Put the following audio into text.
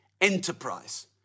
enterprise